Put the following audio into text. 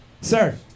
Sir